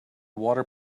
water